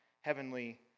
heavenly